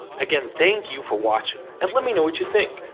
again, thank you for watching, and let me know what you think.